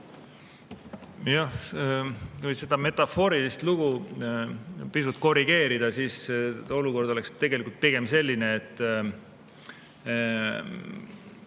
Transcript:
Et seda metafoorilist lugu pisut korrigeerida: olukord oleks tegelikult pigem selline, et